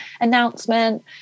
announcement